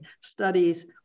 studies